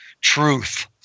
truth